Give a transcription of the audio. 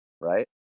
right